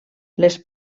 les